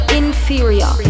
inferior